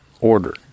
order